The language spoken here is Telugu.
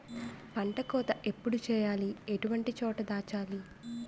పంట కోత ఎప్పుడు చేయాలి? ఎటువంటి చోట దాచాలి?